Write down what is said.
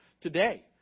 today